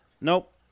nope